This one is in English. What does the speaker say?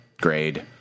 grade